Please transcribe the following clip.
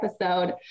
episode